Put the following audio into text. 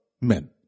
men